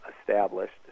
established